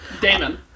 Damon